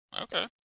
okay